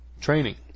training